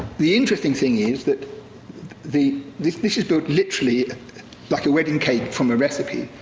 the interesting thing is that the, this this is built literally like a wedding cake from a recipe.